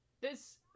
This-